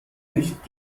nicht